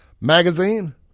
magazine